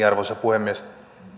arvoisa puhemies